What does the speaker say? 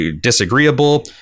disagreeable